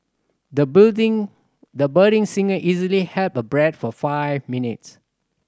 the budding the budding singer easily held her breath for five minutes